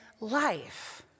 life